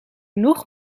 nog